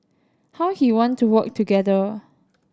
how he want to work together